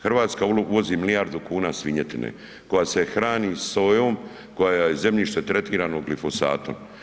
Hrvatska uvozi milijardu kuna svinjetine koja se hrani sojom koje je zemljište tretirano glifosatom.